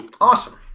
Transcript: awesome